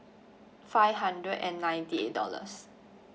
five hundred and ninety eight dollars